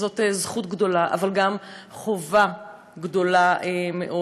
וזאת זכות גדולה אבל גם חובה גדולה מאוד.